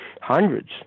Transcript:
hundreds